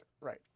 right